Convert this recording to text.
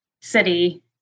city